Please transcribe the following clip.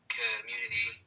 community